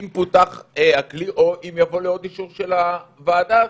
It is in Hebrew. אם פותח הכלי או אם יבוא לעוד אישור של הוועדה הזאת.